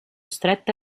stretta